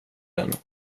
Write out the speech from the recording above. den